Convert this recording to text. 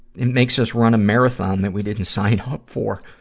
it makes us run a marathon that we didn't sign up for.